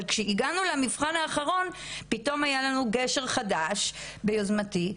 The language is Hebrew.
אבל כשהגענו למבחן האחרון פתאום היה לנו גשר חדש ביוזמתי,